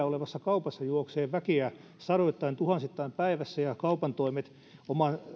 olevassa kaupassa juoksee väkeä sadoittain tuhansittain päivässä ja kaupan toimet oman